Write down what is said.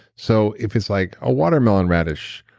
so if it's like a watermelon radish,